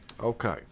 okay